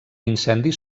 incendis